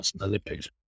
Olympics